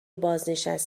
بازنشته